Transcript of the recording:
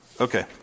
Okay